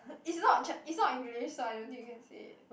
it's not ch~ it's not English so I don't think we can say it